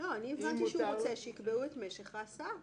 אני הבנתי שהוא רוצה שיקבעו את משך ההסעה.